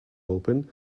open